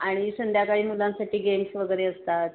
आणि संध्याकाळी मुलांसाठी गेम्स वगैरे असतात